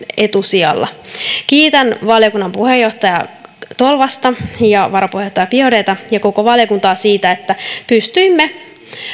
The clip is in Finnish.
etusijalla kiitän valiokunnan puheenjohtaja tolvasta ja varapuheenjohtaja biaudetta ja koko valiokuntaa siitä että pystyimme